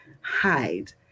hide